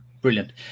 Brilliant